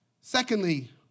Secondly